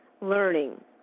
learning